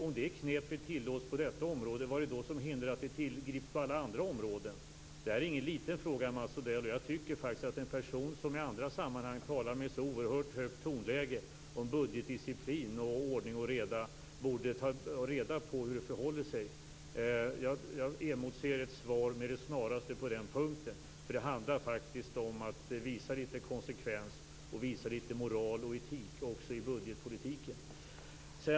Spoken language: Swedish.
Om det knepet tillåts på detta område, vad är det då som hindrar att det tillgrips på alla andra områden? Det är ingen liten fråga, Mats Odell. Jag tycker faktiskt att en person som i andra sammanhang talar med så oerhört högt tonläge om budgetdisciplin och ordning och reda borde se efter hur det förhåller sig. Jag emotser ett svar med det snaraste på den punkten. Det handlar om att visa lite konsekvens och visa lite moral och etik också i budgetpolitiken.